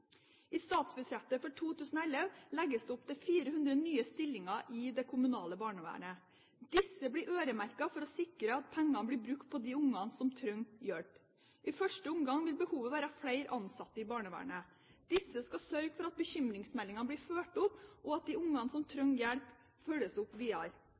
I statsbudsjettet for 2011 legges det opp til 400 nye stillinger i det kommunale barnevernet. Disse blir øremerket for å sikre at pengene blir brukt på de barna som trenger hjelp. I første omgang vil behovet være flere ansatte i barnevernet. Disse skal sørge for at bekymringsmeldinger blir fulgt opp, og at de barna som trenger hjelp, følges opp videre.